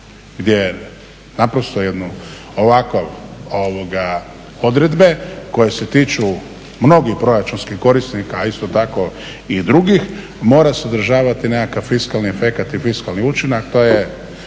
gdje naprosto jedno ovako odredbe koje se tiču mnogih proračunskih korisnika, a isto tako i drugih, mora sadržavati nekakav fiskalni efekt i fiskalni učinak.